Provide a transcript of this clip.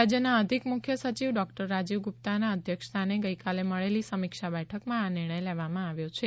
રાજયના અધિક મુખ્ય સચિવ ડોકટર રાજીવ ગુપ્તાના અધ્યક્ષ સ્થાને આજે મળેલી સમીક્ષા બેઠકમાં આ નિર્ણય લેવામાં આવ્યો છે